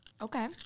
Okay